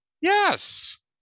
Yes